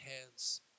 hands